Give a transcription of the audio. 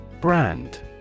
Brand